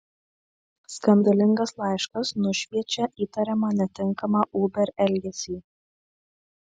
skandalingas laiškas nušviečia įtariamą netinkamą uber elgesį